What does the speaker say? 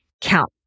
count